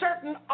certain